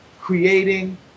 creating